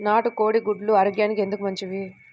నాటు కోడి గుడ్లు ఆరోగ్యానికి ఎందుకు మంచిది?